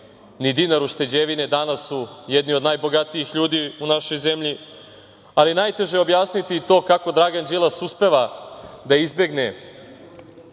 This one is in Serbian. ni dinar ušteđevine, danas su jedni od najbogatijih ljudi u našoj zemlji. Najteže je ipak objasniti to kako Dragan Đilas uspeva da izbegne